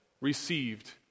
received